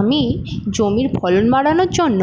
আমি জমির ফলন বাড়ানোর জন্য